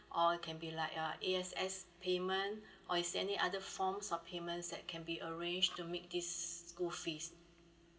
or can be like uh A_X_S payment or is any other forms of payments that can be arranged to make this school fees